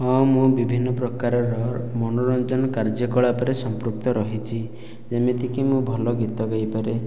ହଁ ମୁଁ ବିଭିନ୍ନ ପ୍ରକାରର ମନୋରଞ୍ଜନ କାର୍ଯ୍ୟକଳାପ ରେ ସମ୍ପୃକ୍ତ ରହିଛି ଯେମିତିକି ମୁଁ ଭଲ ଗୀତ ଗାଇପାରେ